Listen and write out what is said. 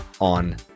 on